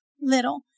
little